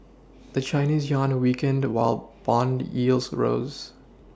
the Chinese yuan weakened the while bond yields rose